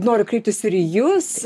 noriu kreiptis ir į jus